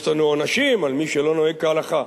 יש לנו עונשים על מי שלא נוהג כהלכה,